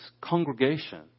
congregation